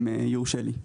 אם יורשה לי.